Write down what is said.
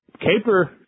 caper